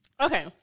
okay